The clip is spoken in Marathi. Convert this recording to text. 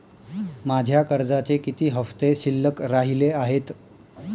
माझ्या कर्जाचे किती हफ्ते शिल्लक राहिले आहेत?